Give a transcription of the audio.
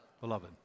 beloved